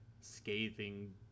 scathing